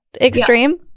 extreme